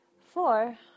four